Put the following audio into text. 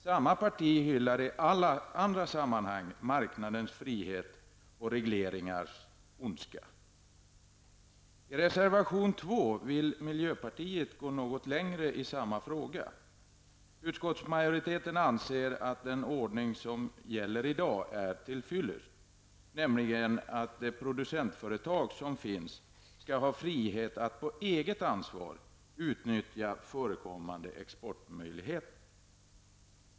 Samma parti framhåller i alla andra sammanhang marknadens frihet och regleringars ondska. I reservation 2 vill miljöpartiet gå något längre i samma fråga. Utskottsmajoriteten anser att den ordning som gäller i dag är till fyllest, nämligen att det producentföretag som finns skall ha frihet att på eget ansvar utnyttja förekommande exportmöjligheter.